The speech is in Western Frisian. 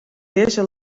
dizze